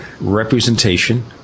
representation